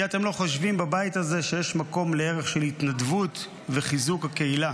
כי אתם בבית הזה לא חושבים שיש מקום לערך של התנדבות וחיזוק הקהילה.